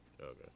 Okay